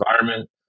environment